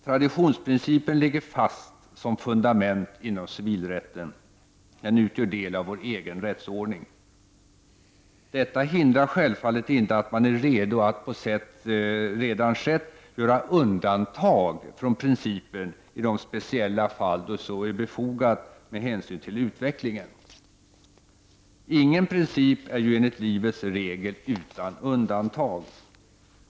Traditionsprincipen ligger fast som fundament inom civilrätten; den utgör del av vår egen rättsordning. Detta hindrar självfallet inte att man är redo att, på sätt som redan skett, göra undantag från principen i de speciella fall då så är befogat med hänsyn till utvecklingen. Ingen princip är ju enligt livets regel utan undantag.